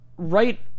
right